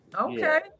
Okay